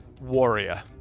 warrior